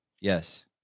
Yes